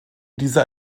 dieser